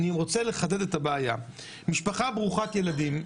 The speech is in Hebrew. אני רוצה לחדד את הבעיה: במשפחה ברוכת ילדים,